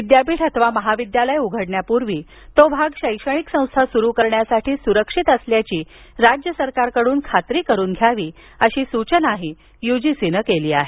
विद्यापीठ अथवा महाविद्यालय उघडण्यापूर्वी तो भाग शैक्षणिक संस्था सुरू करण्यासाठी सुरक्षित असल्याची राज्य सरकारकडून खात्री करून घ्यावी अशी सूचना युजीसीनं केली आहे